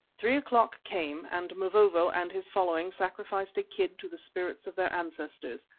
three o'clock came and mavovo and his following sacrificed a kid to the spirits of their ancestors,